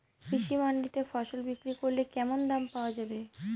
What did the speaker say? কৃষি মান্ডিতে ফসল বিক্রি করলে কেমন দাম পাওয়া যাবে?